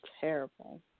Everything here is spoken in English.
Terrible